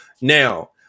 now